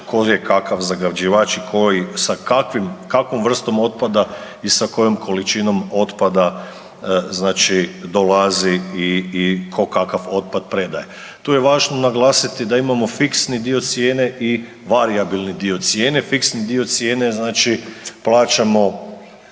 tko je s kakvim, s kakvom vrstom otpada i sa kojom količinom otpada znači dolazi i tko kakav otpad predaje. Tu je važno naglasiti da imamo fiksni dio cijene i varijabilni cijene. Fiksni dio cijene znači plaćamo